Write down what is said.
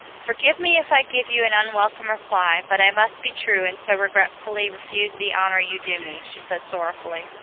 forgive me if i give you an unwelcome reply, but i must be true, and so regretfully refuse the honor you do me, she said sorrowfully.